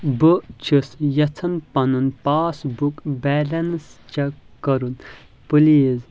بہٕ چھُس یژھان پَنُن پاس بُک بیلَنٕس چیٚک کَرُن پٕلیٖز